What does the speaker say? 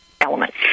element